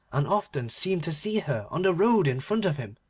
and often seemed to see her on the road in front of him,